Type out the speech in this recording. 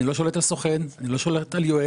אני לא שולט על סוכן, אני לא שולט על יועץ,